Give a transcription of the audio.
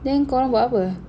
then korang buat ape